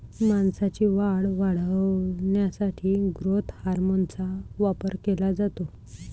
मांसाची वाढ वाढवण्यासाठी ग्रोथ हार्मोनचा वापर केला जातो